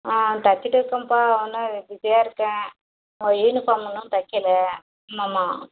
ஆ தச்சிட்ருக்கேன்பா இன்னும் பிஸியாக இருக்கேன் உங்கள் யூனிஃபார்ம் இன்னும் தைக்கலை ஆமாம் ஆமாம்